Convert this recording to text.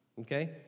okay